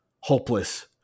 hopeless